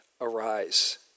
arise